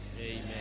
Amen